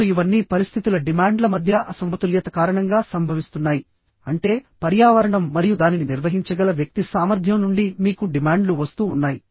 ఇప్పుడు ఇవన్నీ పరిస్థితుల డిమాండ్ల మధ్య అసమతుల్యత కారణంగా సంభవిస్తున్నాయి అంటే పర్యావరణం మరియు దానిని నిర్వహించగల వ్యక్తి సామర్థ్యం నుండి మీకు డిమాండ్లు వస్తూ ఉన్నాయి